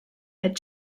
had